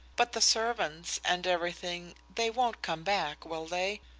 but the servants and everything they won't come back, will they?